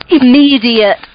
immediate